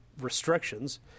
restrictions